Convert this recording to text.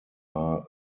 are